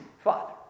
father